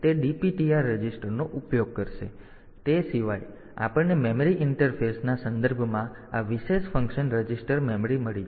તેથી તે સિવાય આપણને મેમરી ઇન્ટરફેસના સંદર્ભમાં આ વિશેષ ફંક્શન રજિસ્ટર મેમરી મળી છે